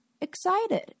excited